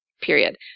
period